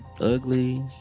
ugly